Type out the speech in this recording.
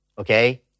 okay